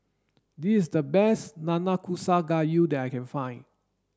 this is the best Nanakusa Gayu that I can find